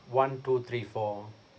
one two three four